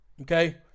okay